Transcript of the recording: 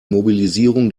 mobilisierung